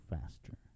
faster